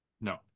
No